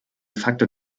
faktor